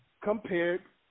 compared